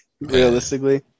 realistically